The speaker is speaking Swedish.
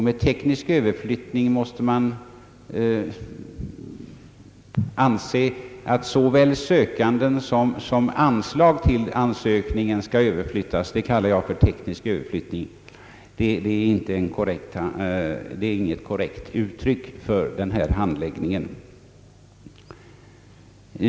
Med teknisk överflyttning måste man mena att såväl sökanden som anslaget skall överflyttas; det kallar jag för teknisk överflyttning. Vad statsministern sade är inget korrekt uttryck för den här handläggningen.